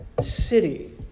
city